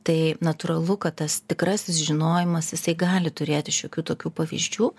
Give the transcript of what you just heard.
tai natūralu kad tas tikrasis žinojimas jisai gali turėti šiokių tokių pavyzdžių